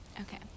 Okay